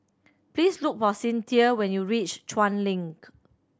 please look for Cynthia when you reach Chuan Link